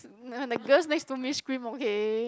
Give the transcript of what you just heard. the girls next to me scream okay